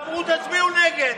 אמרו: תצביעו נגד.